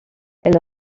elle